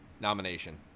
nomination